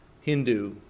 Hindu